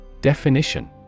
Definition